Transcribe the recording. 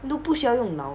你都不需要用脑